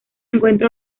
encuentra